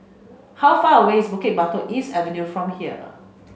how far away is Bukit Batok East Avenue from here